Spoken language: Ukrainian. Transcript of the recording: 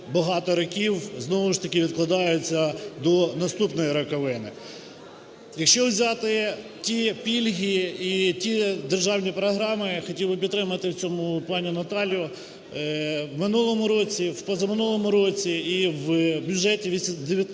ж таки відкладаються до наступної роковини. Якщо взяти ті пільги і ті державні програми, хотів би підтримати в цьому пані Наталію, в минулому році, в позаминулому році і в бюджеті 2018 року